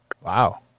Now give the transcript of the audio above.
Wow